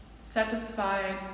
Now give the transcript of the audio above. satisfied